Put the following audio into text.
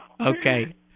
Okay